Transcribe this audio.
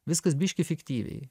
viskas biškį fiktyviai